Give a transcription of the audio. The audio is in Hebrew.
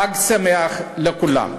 חג שמח לכולם.